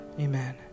Amen